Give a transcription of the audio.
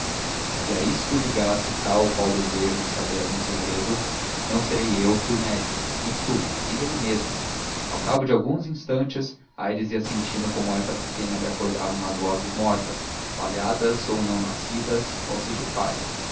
que a isto ligasse tal ou qual desejo de saber algum segredo não serei eu que o negue nem tu nem ele mesmo ao cabo de alguns instantes aires ia sentindo como esta pequena lhe acordava umas vozes mortas falhadas ou não nascidas vozes de pai